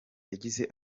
yagize